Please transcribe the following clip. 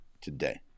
today